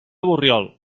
borriol